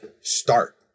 start